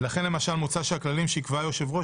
ולכן למשל מוצע שהכללים שיקבע היושב-ראש